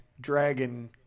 Dragon